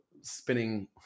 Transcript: spinning